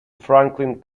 franklin